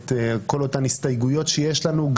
את כל אותן הסתייגויות שיש לנו.